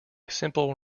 simple